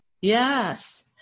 Yes